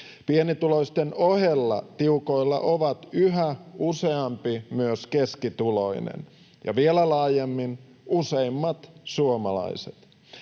Pienituloisten ohella tiukoilla on yhä useampi, myös keskituloinen, ja vielä laajemmin, useimmat suomalaiset.